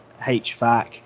HVAC